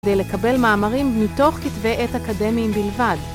כדי לקבל מאמרים מתוך כתבי עת אקדמיים בלבד.